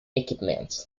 equipment